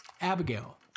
Abigail